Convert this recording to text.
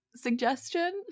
Suggestion